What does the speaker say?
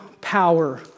power